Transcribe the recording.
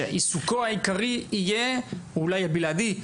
שעיסוקו העיקרי ואולי הבלעדי,